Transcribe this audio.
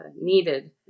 needed